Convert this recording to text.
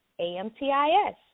AMTIS